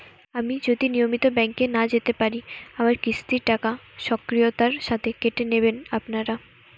আমি যদি নিয়মিত ব্যংকে না যেতে পারি আমার কিস্তির টাকা স্বকীয়তার সাথে কেটে নেবেন আপনারা?